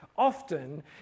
often